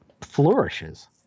flourishes